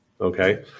okay